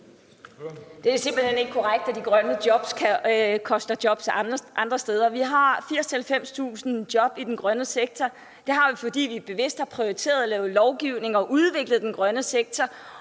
Det er simpelt hen ikke korrekt, at de grønne jobs koster jobs andre steder. Vi har 80.000-90.000 jobs i den grønne sektor, og det har vi, fordi vi bevidst har prioriteret at lave lovgivning om at udvikle den grønne sektor,